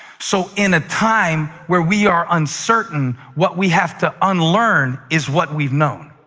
so in a time where we are uncertain, what we have to unlearn is what we've known.